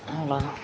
அவ்வளோ தான்